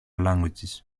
languages